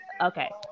Okay